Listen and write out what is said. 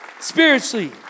Spiritually